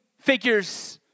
figures